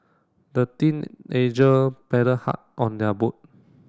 the teenager paddled hard on their boat